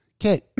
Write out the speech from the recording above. Okay